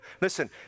Listen